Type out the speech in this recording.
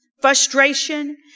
frustration